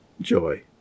joy